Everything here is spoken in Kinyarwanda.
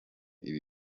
ibi